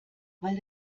weil